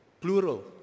plural